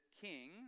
king